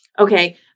Okay